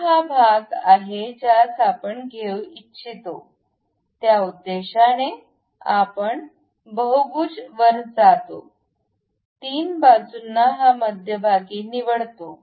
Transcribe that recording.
तर हा भाग आहे ज्यास आपण घेऊ इच्छितो त्या उद्देशाने आपण बहुभुज वर जातो 3 बाजूंना हा मध्यभागी निवडतो